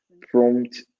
prompt